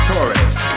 Torres